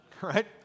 right